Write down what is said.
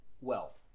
wealth